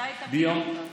מתי תביא אותה?